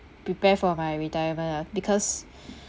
prepare for my retirement ah because